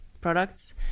products